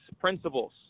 principles